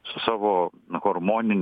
su savo hormonine